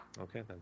Okay